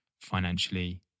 financially